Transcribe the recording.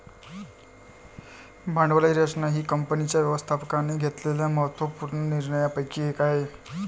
भांडवलाची रचना ही कंपनीच्या व्यवस्थापकाने घेतलेल्या महत्त्व पूर्ण निर्णयांपैकी एक आहे